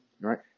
right